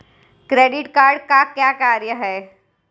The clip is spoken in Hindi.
क्रेडिट कार्ड का क्या कार्य है?